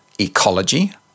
ecology